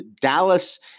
Dallas